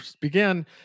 began